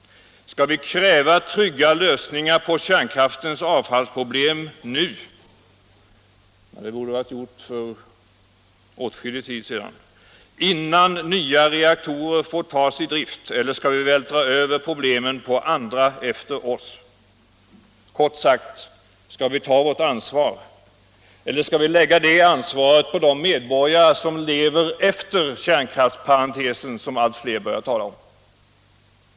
Skall vi kräva trygga lösningar på kärnkraftens avfallsproblem nu — det borde ha varit gjort för åtskillig tid sedan — innan nya reaktorer får tas i drift, eller skall vi vältra över problemen på andra efter oss? Kort sagt: Skall vi ta vårt ansvar eller skall vi lägga det på de medborgare som lever efter kärnkraftsparentesen, som allt fler börjar tala om?